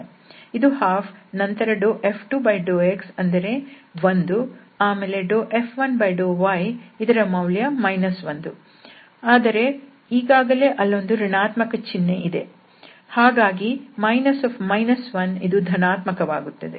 ಇದು 12 ನಂತರ F2∂x ಅಂದರೆ 1 ಆಮೇಲೆ F1∂y ಇದರ ಮೌಲ್ಯ 1 ಆದರೆ ಈಗಾಗಲೇ ಅಲ್ಲೊಂದು ಋಣಾತ್ಮಕ ಚಿನ್ಹೆ ಇದೆ ಹಾಗಾಗಿ ಇದು ಧನಾತ್ಮಕ ವಾಗುತ್ತದೆ